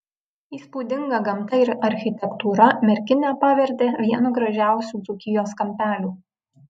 įspūdinga gamta ir architektūra merkinę pavertė vienu gražiausių dzūkijos kampelių